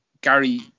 Gary